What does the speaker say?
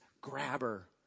grabber